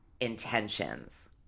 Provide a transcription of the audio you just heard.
intentions